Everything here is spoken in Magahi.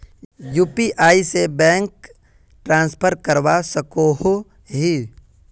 यु.पी.आई से बैंक ट्रांसफर करवा सकोहो ही?